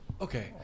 okay